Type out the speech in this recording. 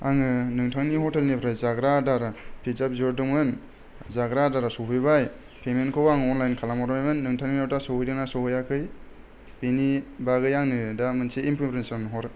आङो नोंथांनि ह'टेलनिफ्राय जाग्रा आदार पिज्जा बिहरदोंमोन जाग्रा आदारा सफैबाय पेमेन्टखौ आं अनलाइन खालाम हरबायमोन नोंथांनिआव दा सहैदों ना सहैयाखै बिनि बागै आंनो दा मोनसे इन्फरमेसन हर